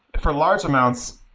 for large amounts,